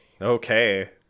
Okay